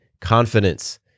confidence